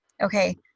Okay